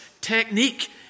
technique